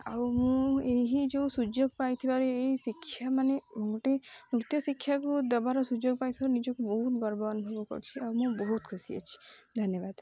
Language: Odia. ଆଉ ମୁଁ ଏହି ଥିବା ସୁଯୋଗ ପାଇଥିବାରୁ ଏହି ଶିକ୍ଷା ମାନେ ଗୋଟେ ନୃତ୍ୟ ଶିକ୍ଷାକୁ ଦେବାର ସୁଯୋଗ ପାଇଥିବାରୁ ନିଜକୁ ବହୁତ ଗର୍ବ ଅନୁଭବ କରିଛି ଆଉ ମୁଁ ବହୁତ ଖୁସି ଅଛି ଧନ୍ୟବାଦ